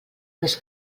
més